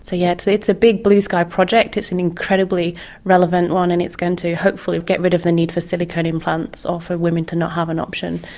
so yeah, it's a it's a big, blue-sky project. it's an incredibly relevant one and it's going to hopefully get rid of the need for silicone implants or for women to not have an option,